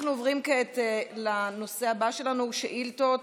אנחנו עוברים כעת לנושא הבא שלנו, שאילתות